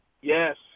Yes